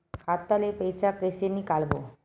खाता ले पईसा कइसे निकालबो?